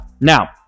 Now